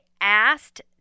asked